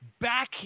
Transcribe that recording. back